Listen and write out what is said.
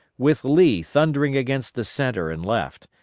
with lee thundering against the centre and left,